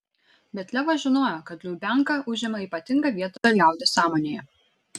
bet levas žinojo kad lubianka užima ypatingą vietą liaudies sąmonėje